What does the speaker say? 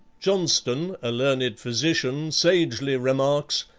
jonston, a learned physician, sagely remarks,